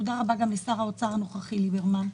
תודה רבה גם לשר האוצר הנוכחי ליברמן,